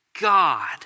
God